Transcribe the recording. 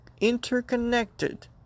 interconnected